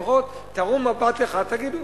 לפחות תראו מבט אחד, תגידו,